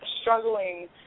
struggling